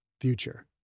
future